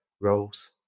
roles